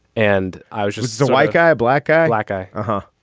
and i was just a white guy a black guy like i huh.